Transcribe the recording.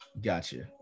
Gotcha